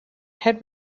had